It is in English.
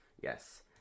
Yes